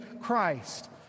Christ